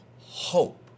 hope